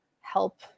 help